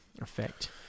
Effect